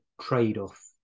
trade-off